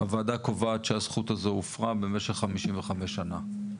הוועדה קובעת שהזכות הזאת הופרה במשך 55 שנה.